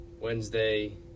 Wednesday